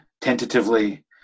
tentatively